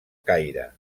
caire